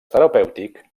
terapèutic